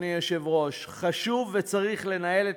אדוני היושב-ראש, חשוב וצריך לנהל את